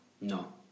No